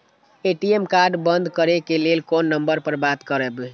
ATM card बंद करे के लेल कोन नंबर पर बात करबे?